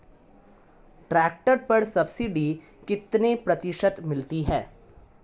Tractor पर subsidy कितने प्रतिशत मिलती है?